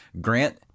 Grant